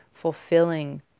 fulfilling